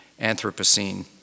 Anthropocene